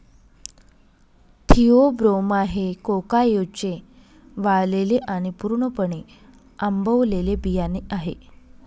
Theobroma हे कोकाओचे वाळलेले आणि पूर्णपणे आंबवलेले बियाणे आहे